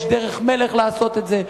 יש דרך המלך לעשות את זה,